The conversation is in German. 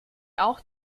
auch